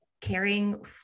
caring